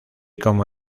como